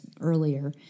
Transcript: earlier